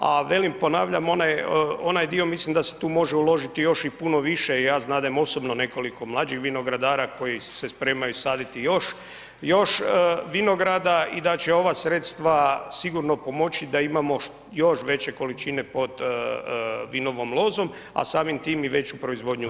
A velim ponavljam onaj dio mislim da se tu može uložiti još i puno više i ja znadem osobno nekoliko mlađih vinogradara koji se spremaju saditi još, još vinograda i da će ova sredstva sigurno pomoći da imamo još veće količine pod vinovom lozom a samim time i veću proizvodnju vina.